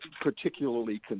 particularly